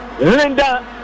Linda